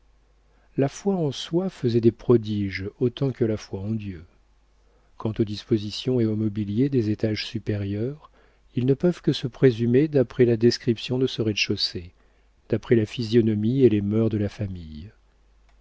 la foi en soi faisait des prodiges autant que la foi en dieu quant aux dispositions et au mobilier des étages supérieurs ils ne peuvent que se présumer d'après la description de ce rez-de-chaussée d'après la physionomie et les mœurs de la famille